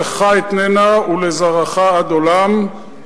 לך אתננה ולזרעך עד עולם.